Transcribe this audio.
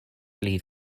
lead